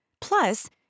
Plus